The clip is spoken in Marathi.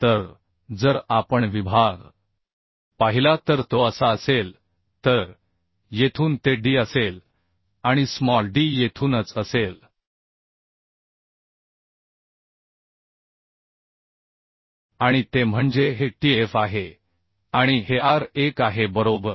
तर जर आपण विभाग पाहिला तर तो असा असेल तर येथून ते D असेल आणि स्मॉल d येथूनच असेल आणि ते म्हणजे हे Tf आहे आणि हे R1 आहे बरोबर